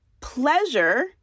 Pleasure